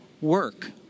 work